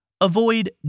Avoid